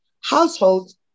households